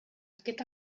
aquest